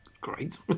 great